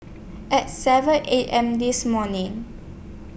At seven A M This morning